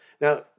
Now